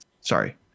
sorry